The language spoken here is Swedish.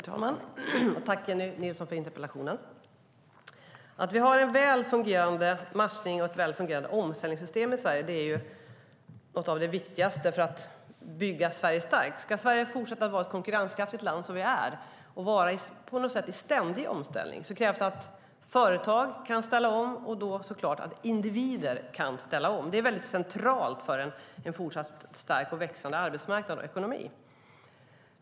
Herr talman! Jag tackar Jennie Nilsson för interpellationen. Vi har en väl fungerande matchning och ett väl fungerande omställningssystem i Sverige. Det är något av det viktigaste för att bygga Sverige starkt. Om Sverige ska fortsätta att vara det konkurrenskraftiga land som vi är och på något sätt vara i ständig omställning krävs det att företag kan ställa om och, såklart, att individer kan ställa om. Det är centralt för en fortsatt stark och växande arbetsmarknad och ekonomi.